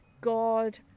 god